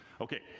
Okay